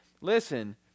listen